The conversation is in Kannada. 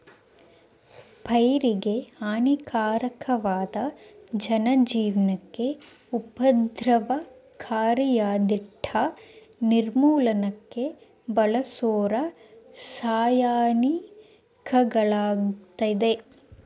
ಪೈರಿಗೆಹಾನಿಕಾರಕ್ವಾದ ಜನಜೀವ್ನಕ್ಕೆ ಉಪದ್ರವಕಾರಿಯಾದ್ಕೀಟ ನಿರ್ಮೂಲನಕ್ಕೆ ಬಳಸೋರಾಸಾಯನಿಕಗಳಾಗಯ್ತೆ